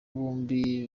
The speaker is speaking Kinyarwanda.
bombi